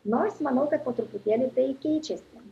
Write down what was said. nors manau kad po truputėlį tai keičiasi